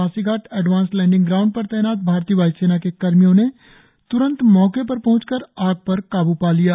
Pasighat advance landing ground पर तैनात भारतीय वाय्सेना के कर्मियों ने त्रंत मौके पर पहंचकर आग पर काब् पा लिया